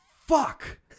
Fuck